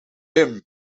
him